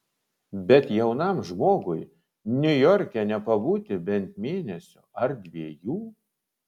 bet jaunam žmogui niujorke nepabūti bent mėnesio ar dviejų